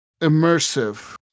immersive